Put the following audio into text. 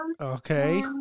Okay